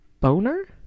Boner